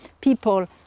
people